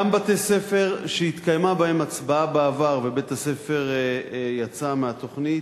גם בתי-ספר שהתקיימה בהן הצבעה בעבר ובית-הספר יצא מהתוכנית,